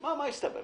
מה הסתבר?